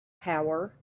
power